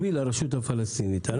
הרשות הפלסטינית זה ייקום מקביל.